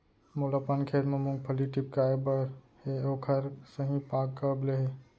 मोला अपन खेत म मूंगफली टिपकाय बर हे ओखर सही पाग कब ले हे?